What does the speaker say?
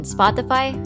Spotify